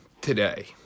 today